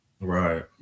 Right